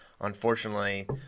unfortunately